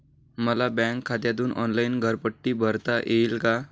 मला बँक खात्यातून ऑनलाइन घरपट्टी भरता येईल का?